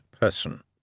person